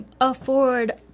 afford